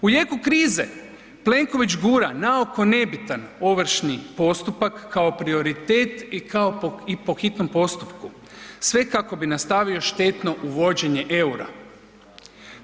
U jeku krize Plenković gura naoko nebitan ovršni postupak kao prioritet i kao po, i po hitnom postupku, sve kako bi nastavio štetno uvođenje EUR-a.